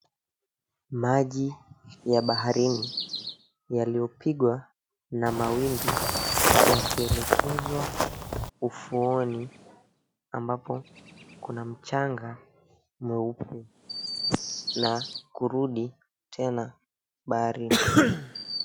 Maji ya baharini, yaliyopigwa na mawimbi yakielekezwa ufuoni ambapo kuna mchanga mweupe, na kurudi tena baharini.